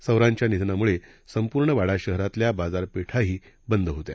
सवरांच्या निधनामुळे संपूर्ण वाडा शहरातल्या बाजरपेठाही बंद होत्या